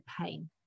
pain